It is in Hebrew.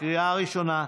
לקריאה ראשונה,